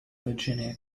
virginia